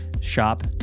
shop